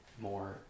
more